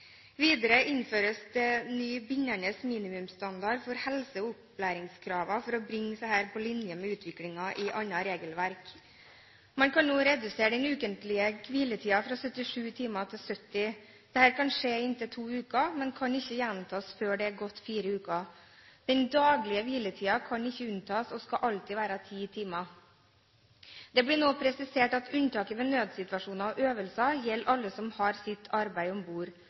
Videre innføres det ny bindende minimumsstandard for helse og opplæringskrav for å bringe disse på linje med utviklingen i annet regelverk. Man kan nå redusere den ukentlige hviletiden fra 77 til 70 timer. Dette kan skje i inntil to uker, men kan ikke gjentas før det er gått fire uker. Den daglige hviletiden kan ikke unntas og skal alltid være ti timer. Det blir nå presisert at unntaket ved nødssituasjoner og øvelser gjelder alle som har sitt arbeid om bord,